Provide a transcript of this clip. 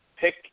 pick